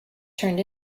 turned